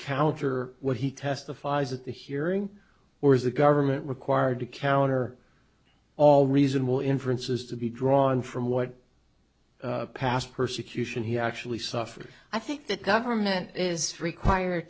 counter what he testifies at the hearing or is the government required to counter all reasonable inferences to be drawn from what past persecution he actually suffered i think that government is required